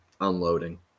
unloading